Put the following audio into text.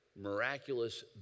miraculous